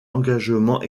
engagements